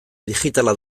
digitala